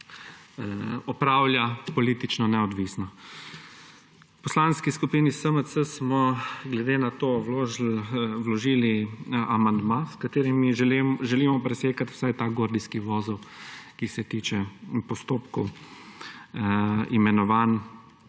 opravlja politično neodvisno. V Poslanski skupini SMC smo glede na to vložili amandma, s katerim želimo presekati vsaj ta gordijski vozel, ki se tiče postopkov imenovanj